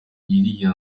iriya